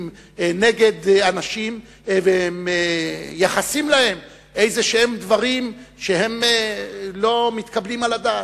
נגד אנשים ומייחסים להם דברים שהם לא מתקבלים על הדעת.